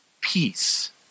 peace